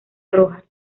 roja